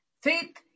faith